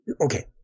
okay